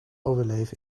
overleven